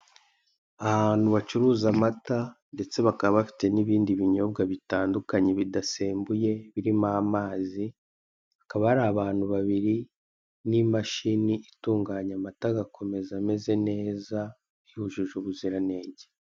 Ahantu bacuruza amata, ndetse bakaba bafite ibindi binyobwa bitandukanye bidasembuye birimo amazi, hakaba hari abantu babiri n'imashini itunganya amata agakomeza ameze neza yujuje ubuziranenge.